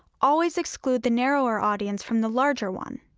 always exclude the narrower audience from the larger one.